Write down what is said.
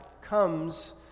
comes